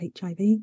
HIV